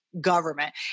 government